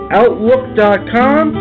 outlook.com